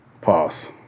Pause